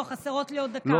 לא, חסרה לי עוד דקה.